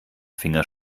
finger